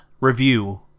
review